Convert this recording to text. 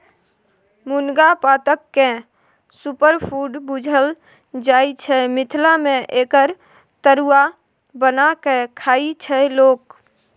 मुनगा पातकेँ सुपरफुड बुझल जाइ छै मिथिला मे एकर तरुआ बना कए खाइ छै लोक